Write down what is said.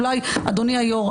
אדוני היו"ר,